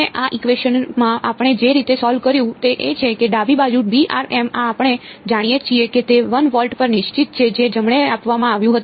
અને આ ઇકવેશન માં આપણે જે રીતે સોલ્વ કર્યું તે એ છે કે ડાબી બાજુ આ આપણે જાણીએ છીએ કે તે 1 વોલ્ટ પર નિશ્ચિત છે જે જમણે આપવામાં આવ્યું હતું